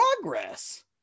progress